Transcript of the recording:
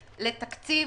לתקציב.